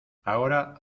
ahora